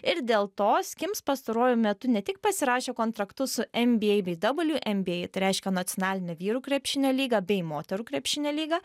ir dėl to skims pastaruoju metu ne tik pasirašė kontraktus su nba bei wnba tai reiškia nacionaline vyrų krepšinio lyga bei moterų krepšinio lyga